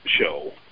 show